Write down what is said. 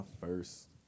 first